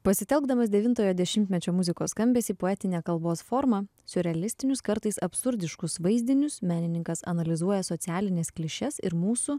pasitelkdamas devintojo dešimtmečio muzikos skambesį poetinę kalbos formą siurrealistinius kartais absurdiškus vaizdinius menininkas analizuoja socialines klišes ir mūsų